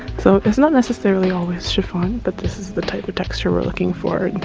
so it's not necessarily always chiffon but this is the type of texture we're looking for.